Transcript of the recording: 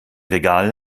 regal